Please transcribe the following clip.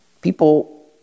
people